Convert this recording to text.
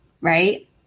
Right